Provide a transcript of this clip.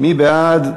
מי בעד?